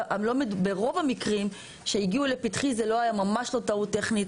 ברוב המקרים שהגיעו לפתחי זה היה ממש לא טעות טכנית.